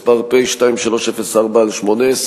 מס' פ/2304/18,